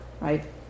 Right